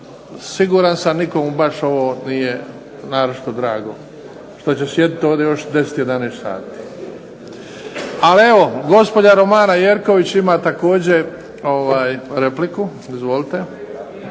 siguran sam baš ovome nije naročito drago što će sjediti ovdje još 10, 11 sati. Ali evo gospođa Romana Jerković ima također repliku. Izvolite.